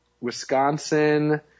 Wisconsin